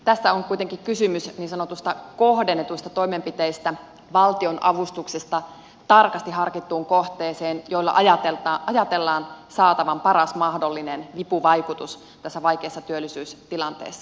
tässä on kuitenkin kysymys niin sanotuista kohdennetuista toimenpiteistä valtion avustuksesta tarkasti harkittuun kohteeseen joilla ajatellaan saatavan paras mahdollinen vipuvaikutus tässä vaikeassa työllisyystilanteessa